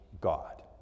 God